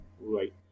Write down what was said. Right